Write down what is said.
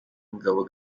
mugabo